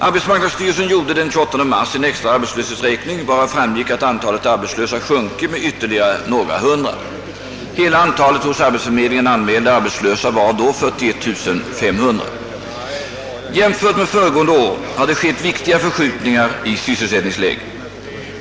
Arbetsmarknadsstyrelsen gjorde den 28 mars en extra arbetslöshetsräkning, varav framgick att antalet arbetslösa sjunkit med ytterligare några hundra. Hela antalet hos arbetsförmedlingen anmälda arbetslösa var då 41 500. Jämfört med föregående år har det skett viktiga förskjutningar i sysselsättningsläget.